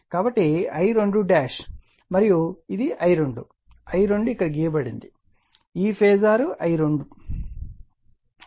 కాబట్టి ఇది I2మరియు ఇది I2 I2 ఇక్కడ గీయబడింది ఈ ఫేజార్ I2